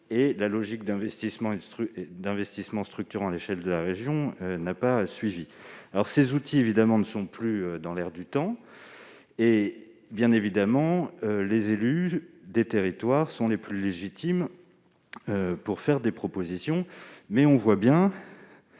que la logique d'investissement structurant à l'échelon de la région n'a pas suivi. Aujourd'hui, ces instruments ne sont plus dans l'air du temps, et les élus des territoires sont les plus légitimes pour faire des propositions. Néanmoins, on voit bien